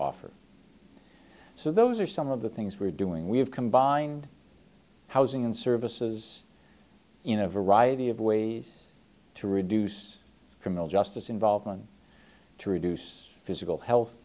offer so those are some of the things we're doing we have combined housing and services in a variety of ways to reduce criminal justice involvement to reduce physical health